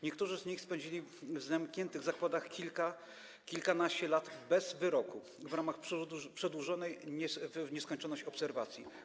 Niektórzy z nich spędzili w zamkniętych zakładach kilka, kilkanaście lat bez wyroku w ramach przedłużanej w nieskończoność obserwacji.